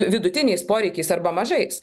vidutiniais poreikiais arba mažais